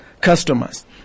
Customers